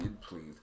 please